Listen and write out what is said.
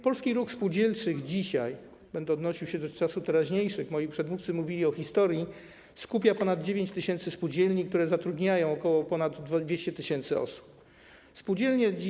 Polski ruch spółdzielczy dzisiaj - będę odnosił się do czasów teraźniejszych, moi przedmówcy mówili o historii - skupia ponad 9 tys. spółdzielni, które zatrudniają ponad 200 tys. osób.